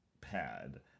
pad